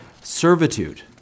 servitude